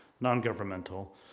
non-governmental